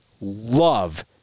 love